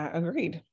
agreed